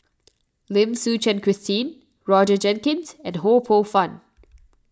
Lim Suchen Christine Roger Jenkins and Ho Poh Fun